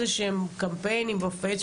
בגלל שאנחנו מציינים את יום השפה הערבית,